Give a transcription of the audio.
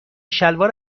شلوار